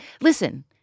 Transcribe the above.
Listen